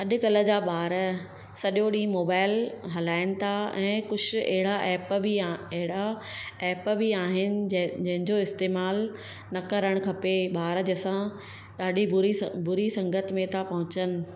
अॼुकल्ह जा ॿार सॼो ॾींहुं मोबाइल हलाइनि था ऐं कुझु अहिड़ा एप बि आहिनि अहिड़ा एप बि आहिनि जे जंहिंजो इस्तेमाल न करणु खपे ॿार जंहिं सां ॾाढी बुरी बुरी संगत में था पहुचनि